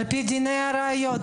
על פי דיני הראיות.